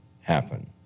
happen